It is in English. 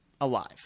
alive